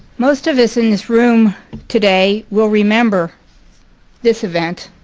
most of us in this room today will remember this event,